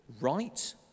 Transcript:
right